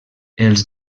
els